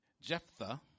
Jephthah